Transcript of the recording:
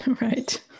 right